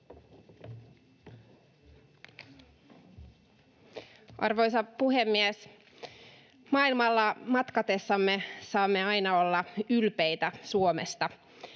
Arvoisa puhemies! Maailmalla matkatessamme saamme aina olla ylpeitä Suomesta.